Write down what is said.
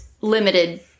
limited